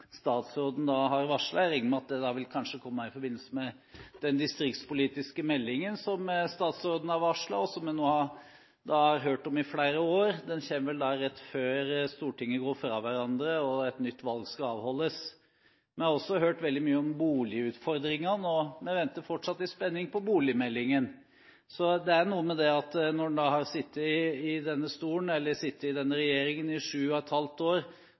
statsråden har varslet. Jeg regner med at den kanskje vil komme i forbindelse med den distriktspolitiske meldingen, som statsråden har varslet, og som vi har hørt om i flere år. Den kommer vel rett før Stortinget går fra hverandre og et nytt valg skal avholdes. Vi har også hørt veldig mye om boligutfordringene, og vi venter fortsatt i spenning på boligmeldingen. Det er noe med at når man har sittet i regjering i 7 ½ år, skal de store politikkområdene løftes opp, og politikken skal endres eller avgjøres i riktig retning rett før et